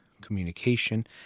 communication